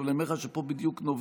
אבל אני אומר לך שפה בדיוק נובע,